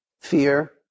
fear